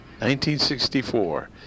1964